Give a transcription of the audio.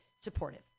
supportive